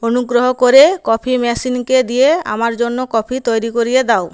অনুগ্রহ করে কফি মেশিনকে দিয়ে আমার জন্য কফি তৈরি করিয়ে দাও